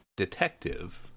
Detective